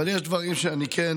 אבל יש דברים שאני כן